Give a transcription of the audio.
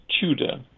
Tudor